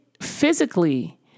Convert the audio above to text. physically